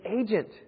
agent